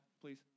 please